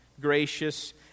Gracious